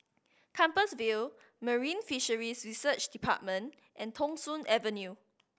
Compassvale Marine Fisheries Research Department and Thong Soon Avenue